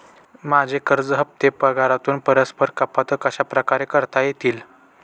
माझे कर्ज हफ्ते पगारातून परस्पर कपात कशाप्रकारे करता येतील?